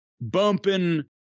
bumping